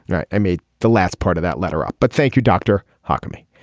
and i i made the last part of that letter up. but thank you doctor huckabee.